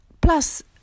Plus